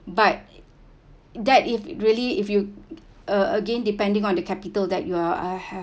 but that if really if you a~ again depending on the capital that you are have